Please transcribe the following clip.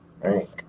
right